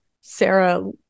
Sarah